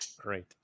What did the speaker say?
Great